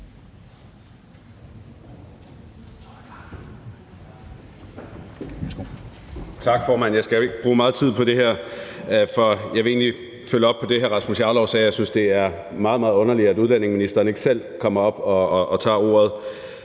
Tak, formand. Jeg skal ikke bruge meget tid på det her, for jeg vil egentlig følge op på det, hr. Rasmus Jarlov sagde. Jeg synes, det er meget, meget underligt, at udlændingeministeren ikke selv kommer op og tager ordet.